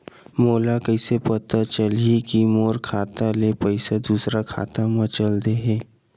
मोला कइसे पता चलही कि मोर खाता ले पईसा दूसरा खाता मा चल देहे?